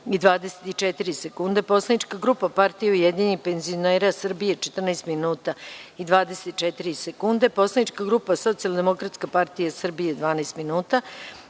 24 sekunde; Poslanička grupa Partija ujedinjenih penzionera Srbije (PUPS) – 14 minuta i 24 sekunde; Poslanička grupa Socijaldemokratska partija Srbije – 12 minuta;